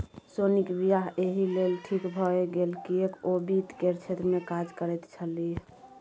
सोनीक वियाह एहि लेल ठीक भए गेल किएक ओ वित्त केर क्षेत्रमे काज करैत छलीह